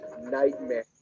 nightmare